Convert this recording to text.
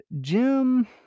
Jim